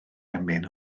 emyn